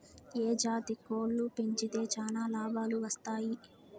ఏ జాతి కోళ్లు పెంచితే చానా లాభాలు వస్తాయి?